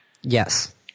Yes